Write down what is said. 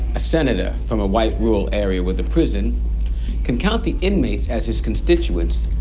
a senator from a white rural area with a prison can count the inmates as his constituents.